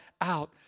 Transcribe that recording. out